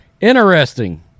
Interesting